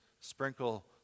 sprinkle